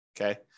Okay